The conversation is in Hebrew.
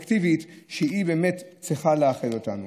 הקולקטיבית, שהיא באמת צריכה לאחד אותנו.